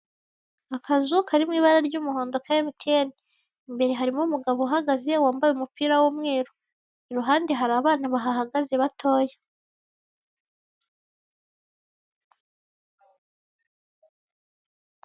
Akazu kari mu ibara ry'umuhondo ka emutiyeni. Imbere harimo umugabo uhagaze wambaye umupira w'umweru. Iruhande hari abana bahahagaze batoya.